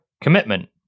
commitment